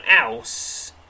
else